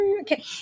okay